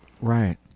Right